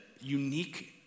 unique